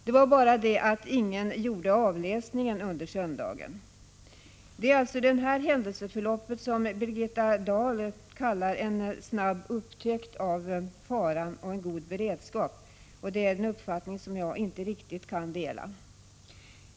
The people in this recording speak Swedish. Det var bara det att ingen gjorde avläsningen under söndagen. Det är alltså det här händelseförloppet som Birgitta Dahl kallar för en snabb upptäckt av faran och en god beredskap. Det är en uppfattning som jag inte riktigt kan dela.